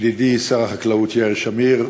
ידידי שר החקלאות יאיר שמיר,